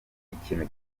ikintu